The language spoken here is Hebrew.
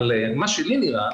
אבל מה שלי נראה,